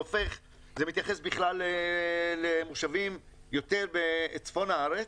זה מתייחס בכלל למושבים יותר בצפון הארץ,